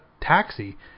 taxi